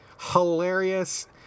hilarious